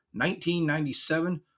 1997